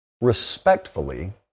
Respectfully